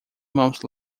months